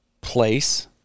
place